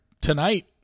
tonight